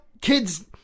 kids